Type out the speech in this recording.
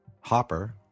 Hopper